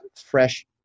fresh